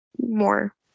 more